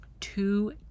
two